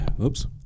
Oops